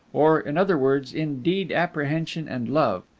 or, in other words, in deed, apprehension, and love.